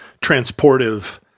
transportive